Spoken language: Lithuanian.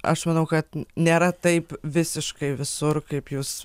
aš manau kad nėra taip visiškai visur kaip jūs